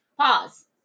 pause